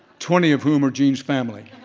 twenty of whom are jean's family.